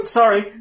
sorry